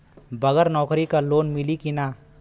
बगर नौकरी क लोन मिली कि ना?